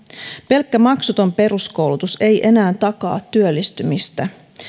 pelkkä maksuton peruskoulutus ei enää takaa työllistymistä